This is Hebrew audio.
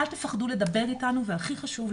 אל תפחדו לדבר איתנו והכי חשוב,